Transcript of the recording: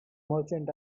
merchant